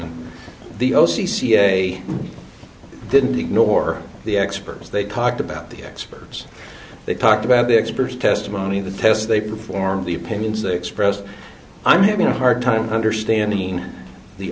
g the o c ca didn't ignore the experts they talked about the experts they talked about the expert testimony the tests they performed the opinions expressed i'm having a hard time understanding the